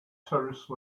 terrace